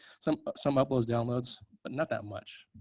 some some uploads, downloads, but not that much.